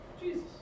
Jesus